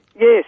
Yes